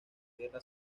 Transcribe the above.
guerra